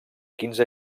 quinze